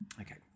Okay